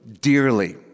dearly